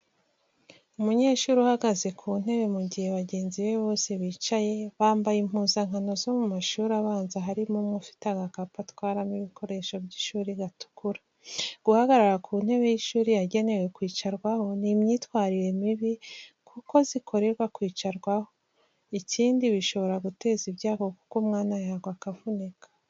Umunyeshuri uhagaze ku ntebe mu gihe bagenzi be bose bicaye, bambaye impuzankano zo mu mashuri abanza harimo umwe ufite agakapu atwaramo ibikoresho by'ishuri gatukura. Guhagarara ku ntebe y’ishuri yagenewe kwicarwaho ni imyitwarire mibi, kuko zikorerwa kwicarwaho, ikindi bishobora guteza ibyago kuko umwana yagwa akavunika.